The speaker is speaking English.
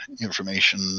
information